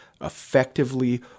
effectively